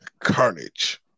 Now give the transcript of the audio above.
carnage